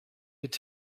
could